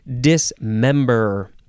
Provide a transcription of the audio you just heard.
Dismember